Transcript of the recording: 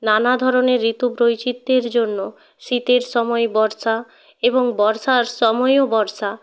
নানা ধরনের ঋতু বৈচিত্রের জন্য শীতের সময়ে বর্ষা এবং বর্ষার সময়ও বর্ষা